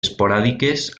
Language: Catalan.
esporàdiques